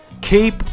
keep